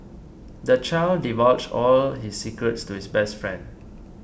the child divulged all his secrets to his best friend